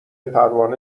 پروانه